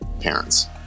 parents